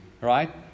right